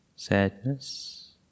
Sadness